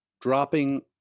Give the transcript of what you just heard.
dropping